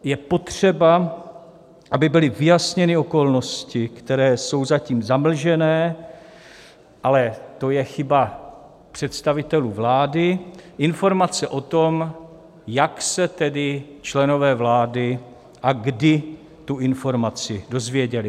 Je potřeba, aby byly vyjasněny okolnosti, které jsou zatím zamlžené, ale to je chyba představitelů vlády, informace o tom, jak se tedy členové vlády a kdy tu informaci dozvěděli.